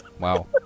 Wow